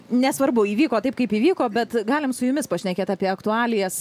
nesvarbu įvyko taip kaip įvyko bet galim su jumis pašnekėt apie aktualijas